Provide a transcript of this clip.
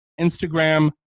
Instagram